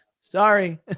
Sorry